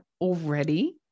already